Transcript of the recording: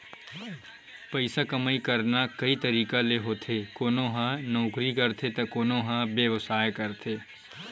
पइसा कमई करना कइ तरिका ले होथे कोनो ह नउकरी करथे त कोनो ह बेवसाय करथे